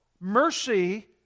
mercy